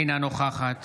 אינה נוכחת